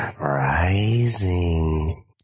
Rising